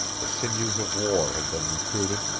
the sinews of war had been recruited,